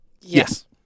Yes